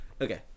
Okay